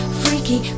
freaky